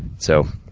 so,